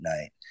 night